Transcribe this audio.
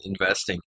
investing